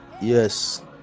Yes